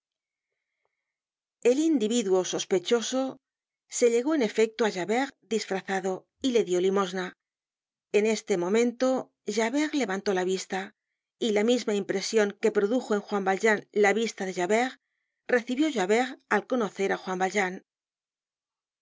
el individuo sospechoso se llegó en efecto á javert disfrazado y le dió limosna en este momento javert levantó la vista y la misma impresion que produjo en juan valjean la vista de javert recibió javert al conocer á juan valjean